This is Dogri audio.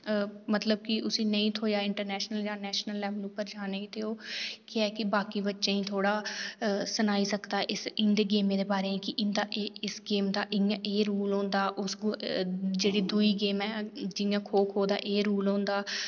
मतलब कि उसी नेईं थ्होया मौका नेशनल जां इंटरनेशनल लेवल उप्पर छाने गी ते केह् ऐ कि ओह् बाकी बच्चें गी सनाई सकदा इंदे गेमें दे बारै च की इस गेम दा एह् रूल होंदा ते जेह्ड़ी दूई गेम ऐ जियां खो खो दा एह् रूल होंदा